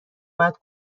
باید